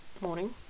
morning